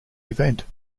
event